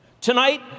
Tonight